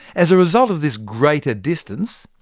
as a result of this greater distance,